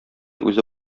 үзе